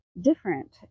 different